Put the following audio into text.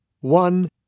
one